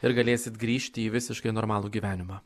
ir galėsit grįžti į visiškai normalų gyvenimą